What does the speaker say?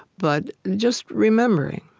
but just remembering